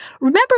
Remember